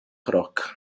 rock